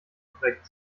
korrekt